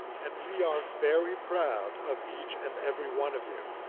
and we are very proud of each and every one of you.